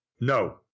No